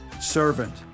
servant